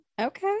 Okay